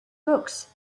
books